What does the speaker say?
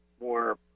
more